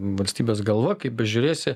valstybės galva kaip bežiūrėsi